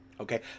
okay